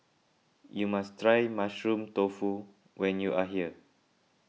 you must try Mushroom Tofu when you are here